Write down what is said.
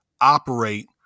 operate